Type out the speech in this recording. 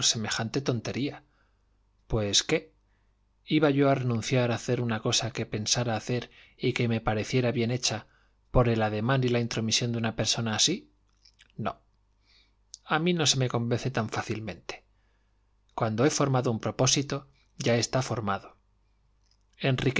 semejante tontería pues qué iba yo a renunciar a hacer una cosa que pensara hacer y que me pareciera bien hecha por el ademán y la intromisión de una persona así no a mí no se me convence tan fácilmente cuando he formado un propósito ya está formado